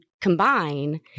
Combine